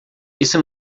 isso